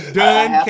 done